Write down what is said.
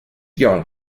girl